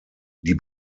die